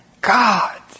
God